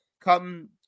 Come